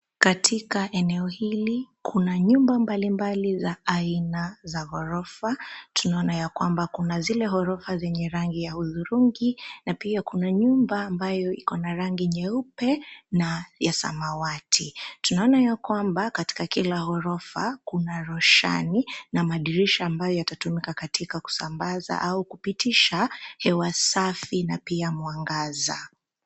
Katika eneo hili kuna nyumba mbali mbali za aina ya ghorofa. Tunaona yakwamba kuna zile ghorofa zenye rangi ya hudhrungi na pia kuna nyumba ambayo iko na rangi nyeupe na ya samawati. Tunaona ya kwamba katika kila ghorofa kuna rushani na madirisha ambayo yatatumika katika kusambaza au kupitisha hewa safi na pia mwangaza.